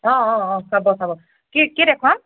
অঁ অঁ অঁ চাব চাব কি কি দেখুৱাম